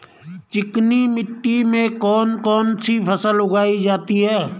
चिकनी मिट्टी में कौन कौन सी फसल उगाई जाती है?